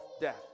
death